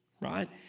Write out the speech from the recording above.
right